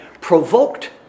provoked